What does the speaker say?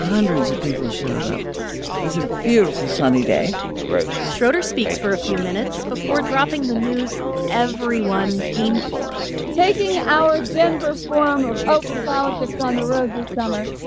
hundreds of people showed up. it was a beautiful, sunny day schroeder speaks for a few minutes before dropping the news everyone came for taking our denver form of open politics on the road this summer,